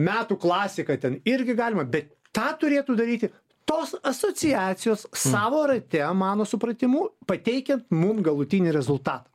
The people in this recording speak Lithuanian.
metų klasiką ten irgi galima bet tą turėtų daryti tos asociacijos savo rate mano supratimu pateikia mum galutinį rezultatą